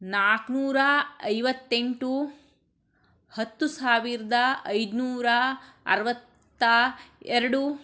ನಾಲ್ಕುನೂರ ಐವತ್ತೆಂಟು ಹತ್ತು ಸಾವಿರದ ಐದು ನೂರ ಅರವತ್ತ ಎರಡು